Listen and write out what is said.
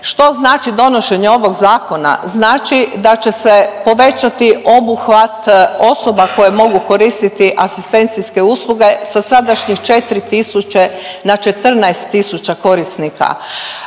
Što znači donošenje ovog zakona? Znači da će se povećati obuhvat osoba koje mogu koristiti asistencijske usluge sa sadašnjih 4.000 na 14.000 korisnika.